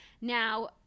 Now